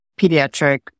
pediatric